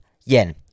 yen